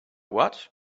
what